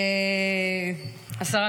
השרה,